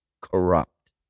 corrupt